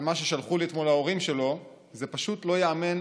ומה ששלחו לי אתמול ההורים שלו זה פשוט לא ייאמן,